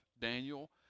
Daniel